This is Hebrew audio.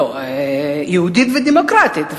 לא, יהודית ודמוקרטית.